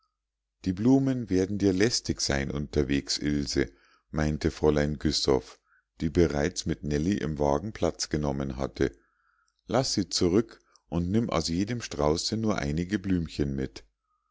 die blumen werden dir lästig sein unterwegs ilse meinte fräulein güssow die bereits mit nellie im wagen platz genommen hatte laß sie zurück und nimm aus jedem strauße nur einige blümchen mit